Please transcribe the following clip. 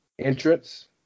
Entrance